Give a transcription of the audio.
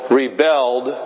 rebelled